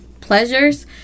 pleasures